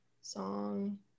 song